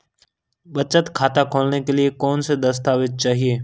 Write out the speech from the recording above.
बचत खाता खोलने के लिए कौनसे दस्तावेज़ चाहिए?